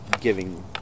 giving